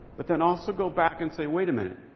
but then also go back and say, wait a minute.